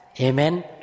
Amen